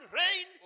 rain